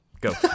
go